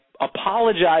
apologize